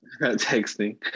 texting